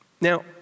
Now